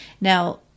Now